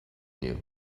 you